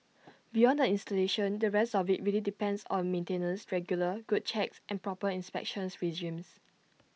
beyond the installation the rest of IT really depends on maintenance regular good checks and proper inspection regimes